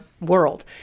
world